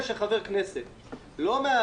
חבר הכנסת מיקי.